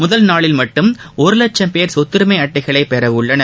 முதல் நாளில் மட்டும் ஒரு லட்சும் பேர் சொத்துரிமை அட்டைகளை பெற உள்ளனர்